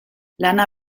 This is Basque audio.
lana